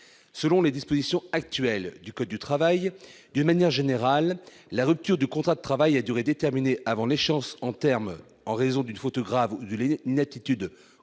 Selon les dispositions actuelles du code du travail, d'une manière générale, la rupture du contrat de travail à durée déterminée, avant l'échéance du terme en raison d'une faute grave ou de l'inaptitude